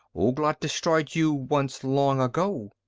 ouglat destroyed you once long ago!